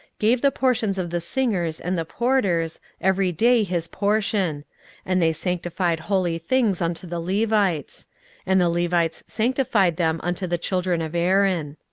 gave the portions of the singers and the porters, every day his portion and they sanctified holy things unto the levites and the levites sanctified them unto the children of aaron.